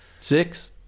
six